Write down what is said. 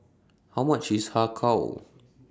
How much IS Har Kow